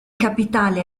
capitale